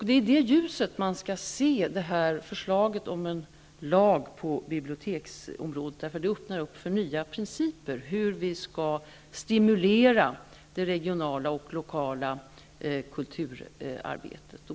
Det är i det ljuset man skall se förslaget om en lag på biblioteksområdet. En sådan skulle öppna för nya principer för hur vi skall stimulera det regionala och lokala kulturarbetet.